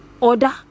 order